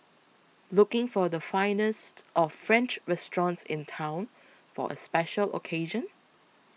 looking for the finest of French restaurants in town for a special occasion